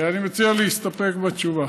אני מציע להסתפק בתשובה.